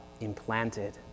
implanted